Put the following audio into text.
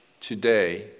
today